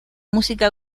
música